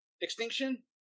Extinction